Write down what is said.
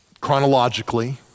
chronologically